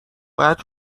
باید